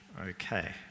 Okay